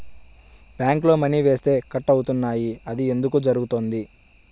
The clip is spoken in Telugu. బ్యాంక్లో మని వేస్తే కట్ అవుతున్నాయి అది ఎందుకు జరుగుతోంది?